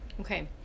Okay